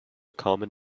common